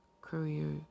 Courier